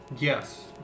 Yes